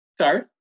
sorry